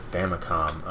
Famicom